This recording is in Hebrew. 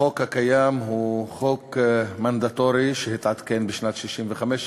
החוק הקיים הוא חוק מנדטורי שהתעדכן בשנת 1965,